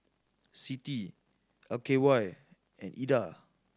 CITI L K Y and Ida